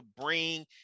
bring